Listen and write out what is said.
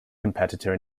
competitor